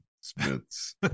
Smith's